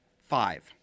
Five